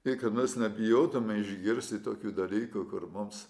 tai kad mes nebijotume išgirsti tokių dalykų kur mums